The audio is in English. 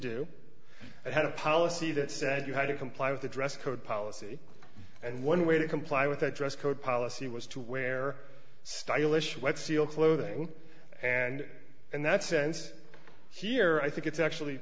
that had a policy that said you had to comply with the dress code policy and one way to comply with a dress code policy was to wear stylish wet seal clothing and and that sense here i think it's actually